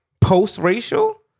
post-racial